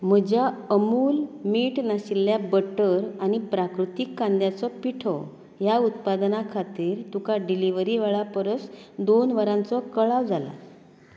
म्हज्या अमूल मीठ नाशिल्लें बटर आनी प्राकृतिक कांद्याचो पिठो ह्या उत्पादनां खातीर तुका डिलिव्हरी वेळा परस दोन वरांचो कळाव जाला